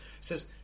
Says